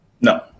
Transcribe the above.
No